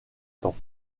temps